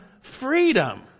Freedom